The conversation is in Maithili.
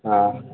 हँ